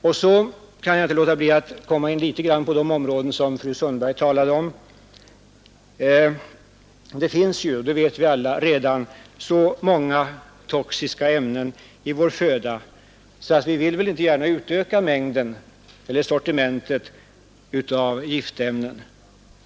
Vidare kan jag inte låta bli att något komma in på de skaderiskområden som föreligger. Det finns ju — det vet vi alla — redan så många toxiska ämnen i vår föda, att vi inte gärna vill utöka mängden eller sortimentet av dessa giftämnen.